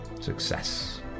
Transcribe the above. Success